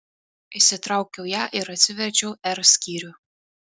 išsitraukiau ją ir atsiverčiau r skyrių